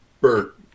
Bert